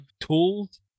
tools